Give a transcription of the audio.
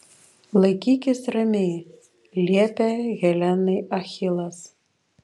laikykis ramiai liepė helenai achilas